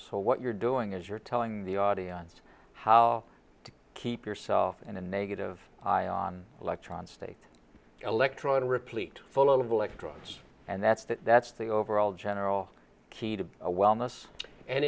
so what you're doing is you're telling the audience how to keep yourself in a negative on electron state electron replete full of electrons and that's that that's the overall general key to a wellness and